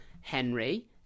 Henry